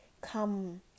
come